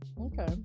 Okay